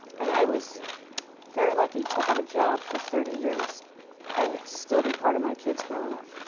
and i was very lucky to have a job for thirty years and still be part of my kids' growing up.